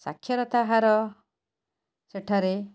ସାକ୍ଷରତା ହାର ସେଠାରେ